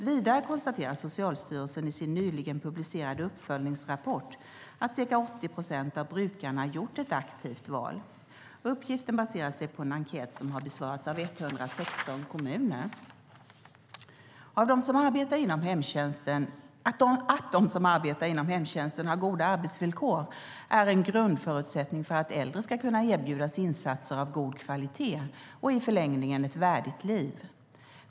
Vidare konstaterar Socialstyrelsen i sin nyligen publicerade uppföljningsrapport att ca 80 procent av brukarna gjort ett aktivt val. Uppgiften baserar sig på en enkät som har besvarats av 116 kommuner. Att de som arbetar inom hemtjänsten har goda arbetsvillkor är en grundförutsättning för att äldre ska kunna erbjudas insatser av god kvalitet och i förlängningen ett värdigt liv.